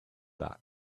that